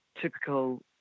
typical